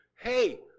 Hey